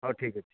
ହେଉ ଠିକ୍ ଅଛି